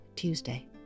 Tuesday